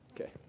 okay